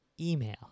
email